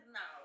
no